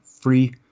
free